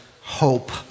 hope